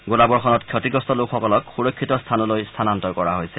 গোলাবৰ্ষণত ক্ষতিগ্ৰস্ত লোকসকলক সুৰক্ষিত স্থানলৈ স্থানান্তৰ কৰা হৈছে